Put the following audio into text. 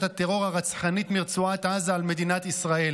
הטרור הרצחנית מרצועת עזה על מדינת ישראל,